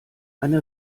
eine